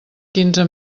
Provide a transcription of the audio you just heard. quinze